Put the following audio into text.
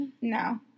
No